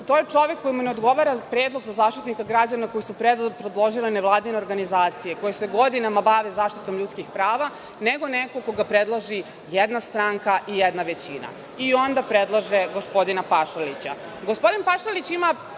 to je čovek kome ne odgovara predlog za Zaštitnika građana koji su predložile nevladine organizacije koje se godinama bave zaštitom ljudskih prava, nego neko koga predloži jedna stranka i jedna većina – i onda predlaže gospodina Pašalića. Gospodin